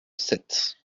sept